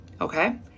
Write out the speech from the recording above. okay